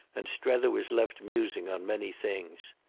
and strether was left musing on many things.